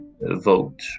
vote